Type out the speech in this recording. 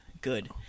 good